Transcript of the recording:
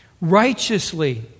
righteously